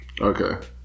Okay